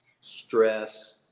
Stress